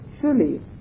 surely